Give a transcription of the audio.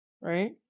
right